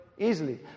easily